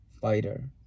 fighter